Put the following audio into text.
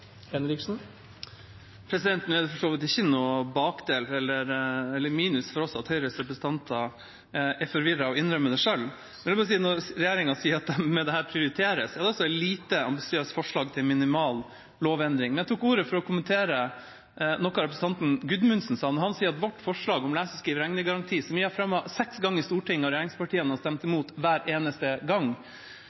Henriksen har hatt ordet to ganger tidligere og får ordet til en kort merknad, begrenset til 1 minutt. Det er for så vidt ikke noen bakdel eller noe minus for oss at Høyres representanter er forvirret og innrømmer det selv. Jeg må si at når regjeringa sier at de med dette prioriterer, er det et lite ambisiøst forslag til minimal lovendring. Men jeg tok ordet for å kommentere noe representanten Gudmundsen sa, at vårt forslag om en lese-, skrive- og regnegaranti – som vi har fremmet seks ganger i Stortinget, og som regjeringspartiene har stemt imot